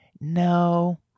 No